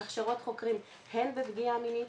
הכשרות חוקרים הן בפגיעה מינית,